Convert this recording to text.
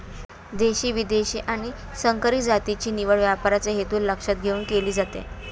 देशी, विदेशी आणि संकरित जातीची निवड व्यापाराचा हेतू लक्षात घेऊन केली जाते